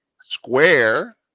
square